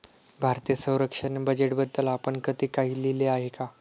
भारतीय संरक्षण बजेटबद्दल आपण कधी काही लिहिले आहे का?